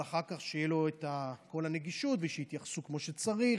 אבל אחר כך שתהיה לו כל הנגישות ושיתייחסו כמו שצריך,